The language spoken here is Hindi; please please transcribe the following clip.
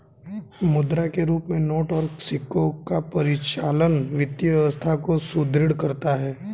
मुद्रा के रूप में नोट और सिक्कों का परिचालन वित्तीय व्यवस्था को सुदृढ़ करता है